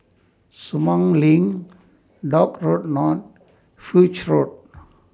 Sumang LINK Dock Road North Foch Road